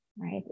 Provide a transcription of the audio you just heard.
Right